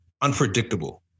unpredictable